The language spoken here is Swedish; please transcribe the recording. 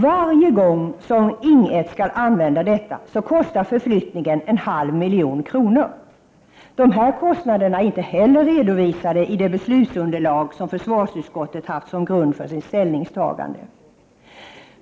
Varje gång som Ing 1 skall använda detta kostar förflyttningen en halv miljon kronor. Dessa kostnader är inte heller redovisade i det beslutsunderlag som försvarsutskottet haft som grund för sitt ställningstagande.